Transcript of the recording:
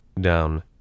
down